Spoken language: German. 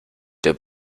der